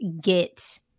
get